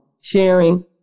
sharing